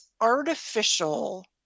artificial